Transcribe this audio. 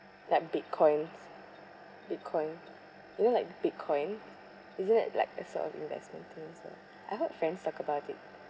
like Bitcoins Bitcoin you know like Bitcoin isn't it like a sort of investment things ah I heard friends talk about it